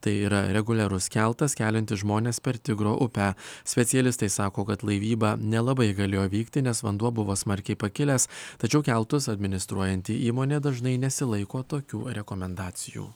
tai yra reguliarus keltas keliantis žmones per tigro upę specialistai sako kad laivyba nelabai galėjo vykti nes vanduo buvo smarkiai pakilęs tačiau keltus administruojanti įmonė dažnai nesilaiko tokių rekomendacijų